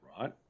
right